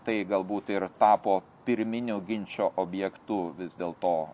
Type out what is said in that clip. tai galbūt ir tapo pirminiu ginčo objektu vis dėl to